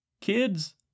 Kids